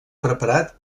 preparat